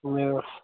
మీరు